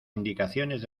indicaciones